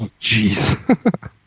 Jeez